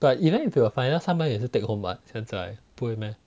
but even if you 有 finals 他们也是 take home [what] 现在不会 meh